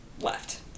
left